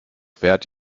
wärt